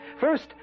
First